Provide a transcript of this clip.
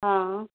हाँ